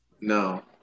No